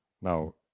now